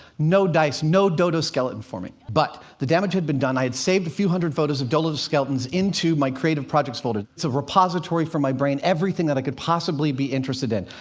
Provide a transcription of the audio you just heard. no dice no dodo skeleton for me. but the damage had been done. i had saved a few hundred photos of dodo skeletons into my creative projects folder it's a repository for my brain, everything that i could possibly be interested in.